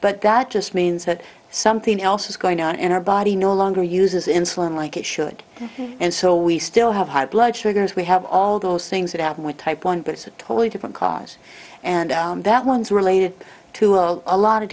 but that just means that something else is going on in our body no longer uses insulin like it should and so we still have high blood sugars we have all those things that happen with type one but it's a totally different cause and that one is related to a lot of